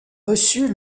reçues